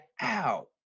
out